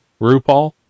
RuPaul